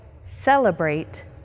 celebrate